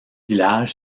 village